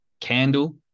candle